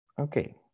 Okay